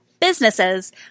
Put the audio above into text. businesses